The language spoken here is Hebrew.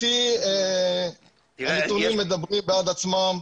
גברתי, הנתונים מדברים בעד עצמם,